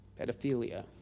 pedophilia